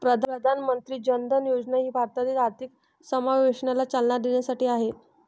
प्रधानमंत्री जन धन योजना ही भारतातील आर्थिक समावेशनाला चालना देण्यासाठी आहे